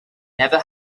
never